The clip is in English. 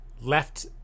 left